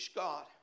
God